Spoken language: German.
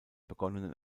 begonnenen